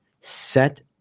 set